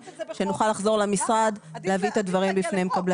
שנוכל לחזור למשרד להביא את הדברים בפני מקבלי